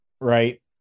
right